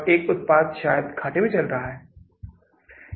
इसलिए फिर से मैं नकदी बजट जारी रख रहा हूं